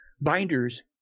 binders